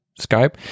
Skype